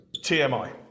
TMI